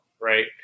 right